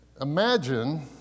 Imagine